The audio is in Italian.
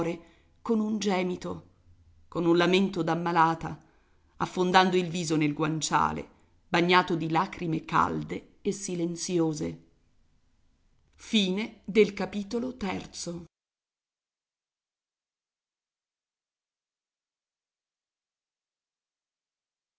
con un gemito con un lamento d'ammalata affondando il viso nel guanciale bagnato di lagrime calde e silenziose mentre i